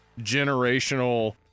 generational